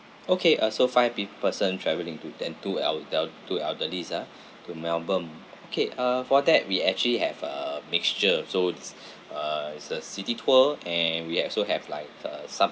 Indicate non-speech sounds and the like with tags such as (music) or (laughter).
okay uh so five pe~ person traveling to and two el~ el~ two elderlies ah to melbourne okay uh for that we actually have a mixture so it's (breath) ah is a city tour and we also have like uh some